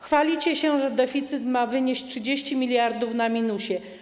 Chwalicie się, że deficyt ma wynieść 30 mld zł na minusie.